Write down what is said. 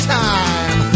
time